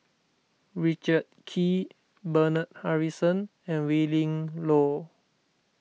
Richard Kee Bernard Harrison and Willin Low